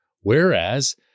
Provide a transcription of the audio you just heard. Whereas